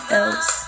else